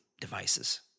devices